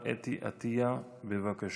2151 ו-2184.